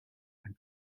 and